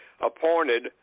appointed